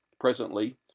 presently